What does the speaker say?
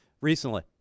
recently